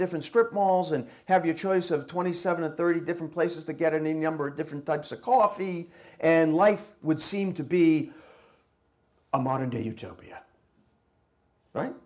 different strip malls and have your choice of twenty seven or thirty different places to get any number of different types of coffee and life would seem to be a modern day utopia right